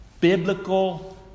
Biblical